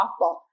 softball